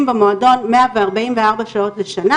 במועדון מאה וארבעים וארבע שעות לשה,